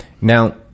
Now